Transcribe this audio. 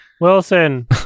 Wilson